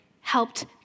helped